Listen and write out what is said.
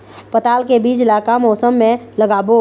पताल के बीज ला का मौसम मे लगाबो?